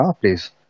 please